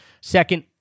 Second